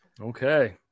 okay